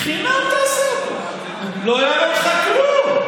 חינם תעשה אותם, לא יעלה לך כלום.